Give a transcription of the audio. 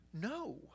No